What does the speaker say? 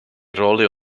rolle